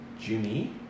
Jimmy